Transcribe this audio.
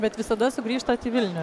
bet visada sugrįžtat į vilnių